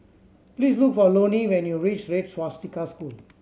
please look for Loni when you reach Red Swastika School